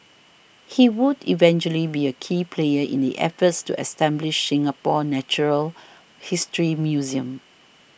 he would eventually be a key player in the efforts to establish Singapore's natural history museum